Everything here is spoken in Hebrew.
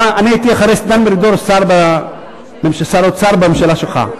אחרי דן מרידור הייתי שר האוצר בממשלה שלך,